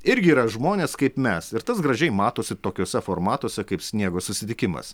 irgi yra žmonės kaip mes ir tas gražiai matosi tokiuose formatuose kaip sniego susitikimas